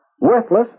Worthless